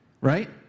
Right